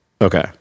Okay